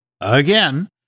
Again